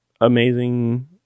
amazing